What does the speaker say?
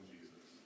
Jesus